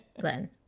glenn